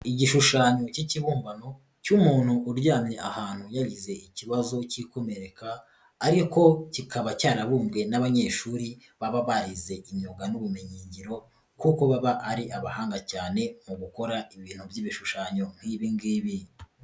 Igishushanyo k'ikibumbano cy'umuntu uryamye ahantu yagize ikibazo k'ikomereka ariko kikaba cyarabumbwe n'abanyeshuri baba barize imyuga n'ubumenyingiro kuko baba ari abahanga cyane mu gukora ibintu by'ibishushanyo nk'ibi ngibi.